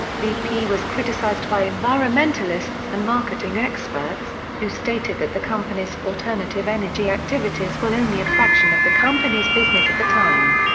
bp was criticised by environmentalists and marketing experts, who stated that the company's alternative energy activities were only a fraction of the company's business at the time.